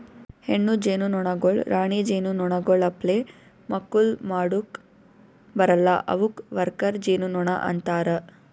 ಹೆಣ್ಣು ಜೇನುನೊಣಗೊಳ್ ರಾಣಿ ಜೇನುನೊಣಗೊಳ್ ಅಪ್ಲೆ ಮಕ್ಕುಲ್ ಮಾಡುಕ್ ಬರಲ್ಲಾ ಅವುಕ್ ವರ್ಕರ್ ಜೇನುನೊಣ ಅಂತಾರ